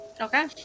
Okay